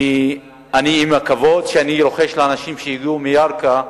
עם הכבוד שאני רוחש לאנשים שהגיעו מירכא,